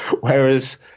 whereas